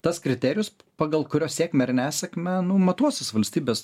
tas kriterijus pagal kurio sėkmę ar nesėkmę nu matuosis valstybės